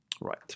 Right